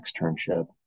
externship